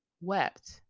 wept